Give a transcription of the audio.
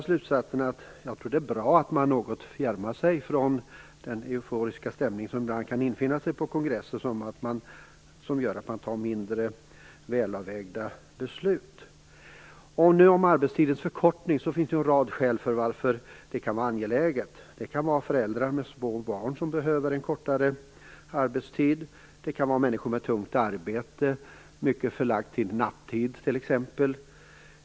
Jag tror nämligen att det är bra att man något fjärmar sig från den euforiska stämning som ibland kan infinna sig på kongresser, vilket gör att man fattar mindre välavvägda beslut. Det finns en rad skäl till att det kan vara angeläget med en arbetstidsförkortning. Det kan vara föräldrar med små barn som behöver en kortare arbetstid. Det kan vara människor med tungt arbete, i stor omfattning förlagt till nattetid t.ex.